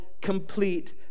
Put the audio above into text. complete